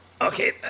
Okay